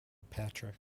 patrick